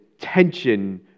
Tension